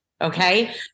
okay